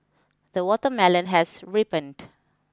the watermelon has ripened